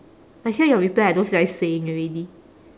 I hear your reply I don't feel like saying already